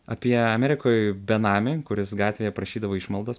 apie amerikoj benamį kuris gatvėje prašydavo išmaldos